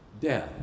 death